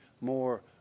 more